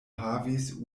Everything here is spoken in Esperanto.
havis